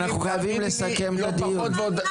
אין דבר כזה שלמקום אחד יש חדר מצב והוא לא יכול לתת הנחיות,